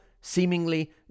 seemingly